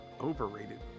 Overrated